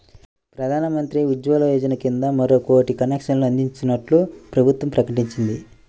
ప్రధాన్ మంత్రి ఉజ్వల యోజన కింద మరో కోటి కనెక్షన్లు అందించనున్నట్లు ప్రభుత్వం ప్రకటించింది